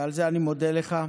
ועל זה אני מודה לך.